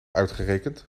uitgerekend